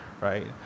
right